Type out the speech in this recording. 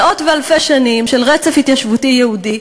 מאות ואלפי שנים של רצף התיישבותי יהודי,